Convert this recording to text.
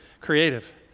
creative